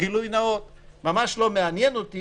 גילוי נאות ממש לא מעניין אותי